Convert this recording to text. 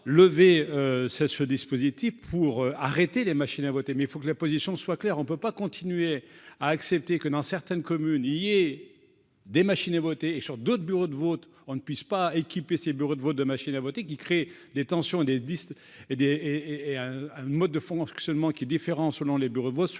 cette ce dispositif pour arrêter les machines à voter, mais il faut que la position soit claire on ne peut pas continuer à accepter que dans certaines communes communier des machines à voter, et sur d'autres bureaux de vote, on ne puisse pas équiper ses bureaux de vote de machines à voter, qui crée des tensions et des disques et des et un mode de fond en fonctionnement qui est différent selon les bureaux de vote,